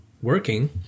working